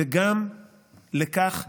וגם לכך שהברית,